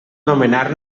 nomenar